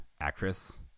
actress